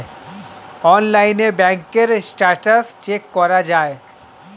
অনলাইনে ব্যাঙ্কের status check করা যায়